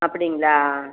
அப்படிங்களா